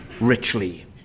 richly